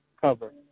cover